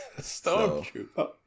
stormtrooper